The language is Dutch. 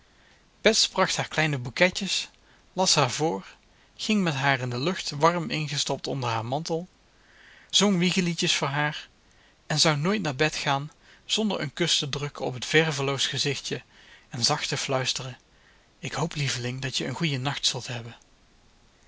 bracht haar kleine bouquetjes las haar voor ging met haar in de lucht warm ingestopt onder haar mantel zong wiegeliedjes voor haar en zou nooit naar bed gaan zonder een kus te drukken op het verveloos gezichtje en zacht te fluisteren ik hoop lieveling dat je een goeien nacht zult hebben